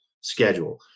schedule